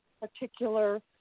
particular